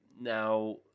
Now